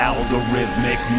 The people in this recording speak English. Algorithmic